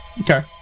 Okay